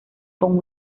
con